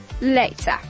later